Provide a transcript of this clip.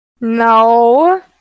No